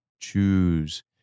Choose